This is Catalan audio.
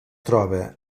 troba